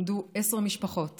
עמדו עשר משפחות